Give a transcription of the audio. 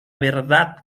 verdad